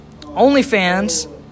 OnlyFans